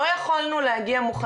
לא יכולנו להגיע מוכנים לוועדה.